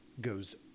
goes